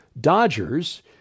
Dodgers